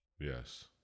Yes